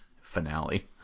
finale